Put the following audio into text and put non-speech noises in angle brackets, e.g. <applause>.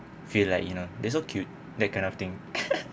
feel like you know they so cute that kind of thing <laughs>